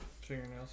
fingernails